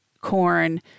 corn